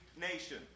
nation